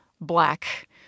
Black